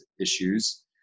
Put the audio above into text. issues